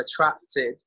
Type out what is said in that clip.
attracted